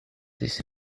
this